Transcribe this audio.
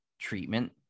treatment